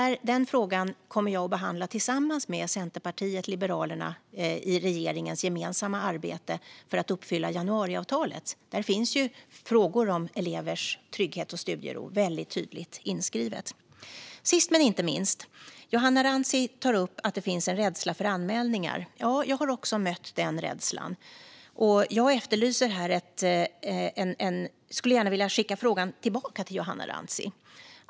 Den frågan kommer jag att behandla tillsammans med Centerpartiet och Liberalerna i regeringens gemensamma arbete för att uppfylla januariavtalet. Där finns frågor om elevers trygghet och studiero tydligt inskrivna. Sist men inte minst tar Johanna Rantsi upp att det finns en rädsla för anmälningar. Ja, jag har också mött den rädslan. Jag skulle gärna vilja skicka frågan tillbaka till Johanna Rantsi.